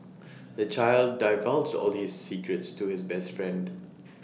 the child divulged all his secrets to his best friend